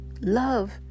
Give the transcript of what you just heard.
Love